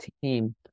team